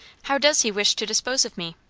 how does he wish to dispose of me?